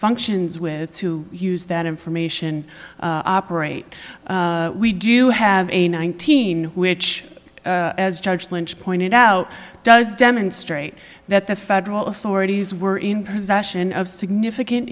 functions with to use that information operate we do have a nineteen which as judge lynch pointed out does demonstrate that the federal authorities were in possession of significant